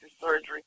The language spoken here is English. surgery